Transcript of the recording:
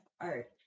art